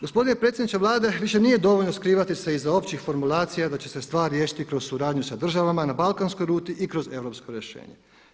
Gospodine predsjedniče Vlade više nije dovoljno skrivati se iza općih formulacija da će se stvar riješiti kroz suradnju sa državama na balkanskoj ruti i kroz europsko rješenje.